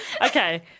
Okay